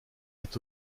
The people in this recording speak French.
est